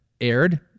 aired